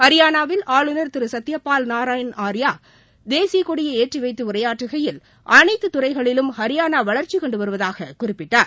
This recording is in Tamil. ஹரியானாவில் ஆளுநர் திரு சத்திய பால் நாரயண் ஆரியா தேசியக்கொடியை ஏற்றிவைத்து உரையாற்றுகையில் அனைத்துத்துறைகளிலும் ஹரியானா வளர்ச்சி கண்டு வருவதாக குறிப்பிட்டார்